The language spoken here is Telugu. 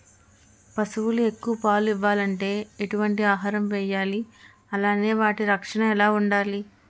పశువులు ఎక్కువ పాలు ఇవ్వాలంటే ఎటు వంటి ఆహారం వేయాలి అలానే వాటి రక్షణ ఎలా వుండాలి?